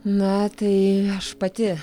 na tai aš pati